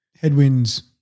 headwinds